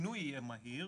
שהפינוי יהיה מהיר